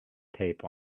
tape